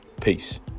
Peace